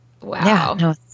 Wow